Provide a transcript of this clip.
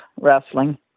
wrestling